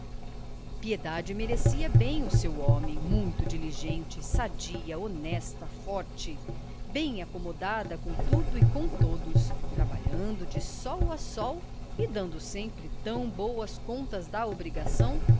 piedade merecia bem o seu homem muito diligente sadia honesta forte bem acomodada com tudo e com todos trabalhando de sol a sol e dando sempre tão boas contas da